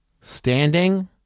Standing